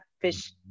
Fish